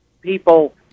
people